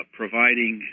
providing